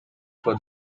for